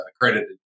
accredited